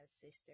sister